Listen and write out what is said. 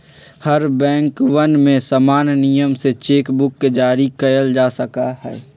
हर बैंकवन में समान नियम से चेक बुक के जारी कइल जा सका हई